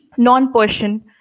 non-Persian